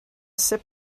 sip